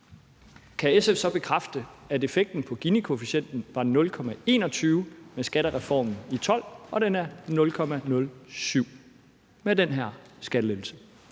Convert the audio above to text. Kan SF så bekræfte, at effekten på Ginikoefficienten var 0,21 med skattereformen i 2012, og at den er 0,07 med den her skattelettelse?